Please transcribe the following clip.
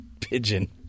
pigeon